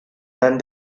then